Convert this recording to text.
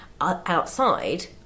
outside